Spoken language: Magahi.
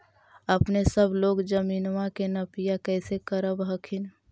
अपने सब लोग जमीनमा के नपीया कैसे करब हखिन?